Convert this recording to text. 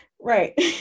right